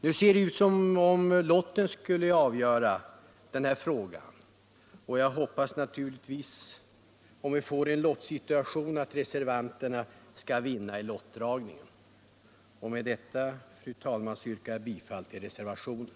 Nu ser det ut som om lotten skulle få avgöra den här frågan, och jag hoppas naturligtvis att reservanterna i så fall skall vinna lottdragningen. Med detta, fru talman, yrkar jag bifall till reservationen.